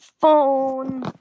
phone